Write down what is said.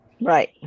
Right